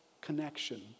connection